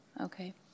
Okay